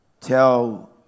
Tell